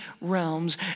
realms